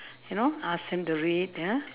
you know ask him to read ya